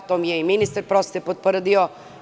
To mi je i ministar prosvete potvrdio.